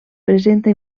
presenta